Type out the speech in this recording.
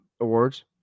awards